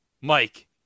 Mike